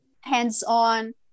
hands-on